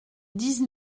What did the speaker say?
dix